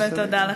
שלוש שאילתות,